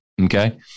Okay